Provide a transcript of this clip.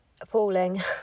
appalling